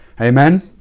Amen